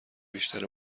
بیشتر